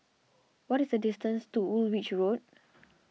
what is the distance to Woolwich Road